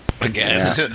Again